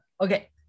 Okay